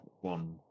one